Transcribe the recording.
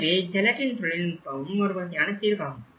எனவே ஜெலட்டின் தொழில்நுட்பமும் ஒருவகையான தீர்வாகும்